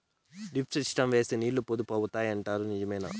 Drip system వేస్తే నీళ్లు పొదుపు అవుతాయి అంటారు నిజమేనా?